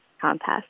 Contest